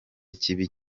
kibi